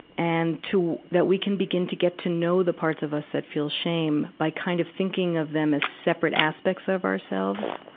and to, that we can begin to get to know the parts of us that feel shame by kind of thinking of them as separate aspects of ourselves.